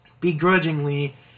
begrudgingly